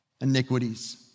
iniquities